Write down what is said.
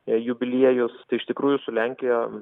jubiliejus tai iš tikrųjų su lenkija